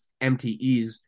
MTEs